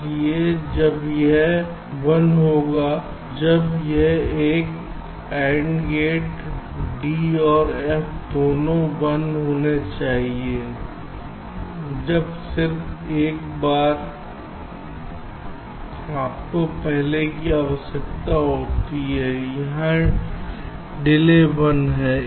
इसलिए जब यह 1 होगा जब यह एक AND गेट d और f दोनों 1 होना चाहिए जब सिर्फ एक बार आपको पहले की आवश्यकता होती है इसका डिले 1 है